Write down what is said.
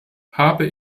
habe